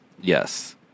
Yes